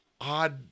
odd